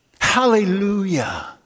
Hallelujah